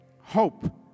hope